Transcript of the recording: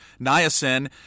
niacin